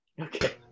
Okay